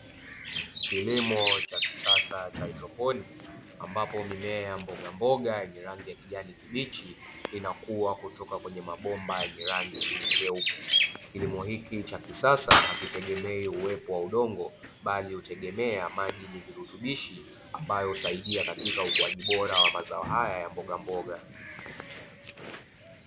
Kilimo cha kisasa cha haidroponi, ambapo mimea ya mbogamboga yenye rangi ya kijani kibichi, inakua kutoka kwenye mabomba yenye rangi nyeupe. Kilimo hichi cha kisasa hakitegemei uwepo wa udongo, bali hutegemea maji yenye virutubishi ambavyo husaidia katika ukuaji bora wa mazao haya ya mbogamboga.